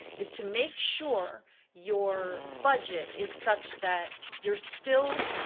is to make sure your budget is such that you're still